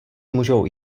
můžou